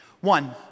One